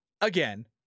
again